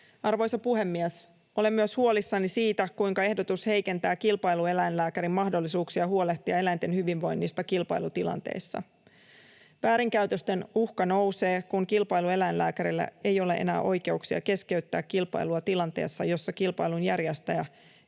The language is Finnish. Arvoisa puhemies! Olen myös huolissani siitä, kuinka ehdotus heikentää kilpailueläinlääkärin mahdollisuuksia huolehtia eläinten hyvinvoinnista kilpailutilanteissa. Väärinkäytösten uhka nousee, kun kilpailueläinlääkärillä ei ole enää oikeuksia keskeyttää kilpailua tilanteessa, jossa kilpailun järjestäjä